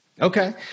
Okay